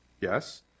yes